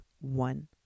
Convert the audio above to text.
one